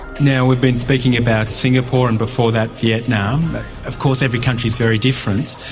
now, we've been speaking about singapore and, before that, vietnam, but of course every country is very different.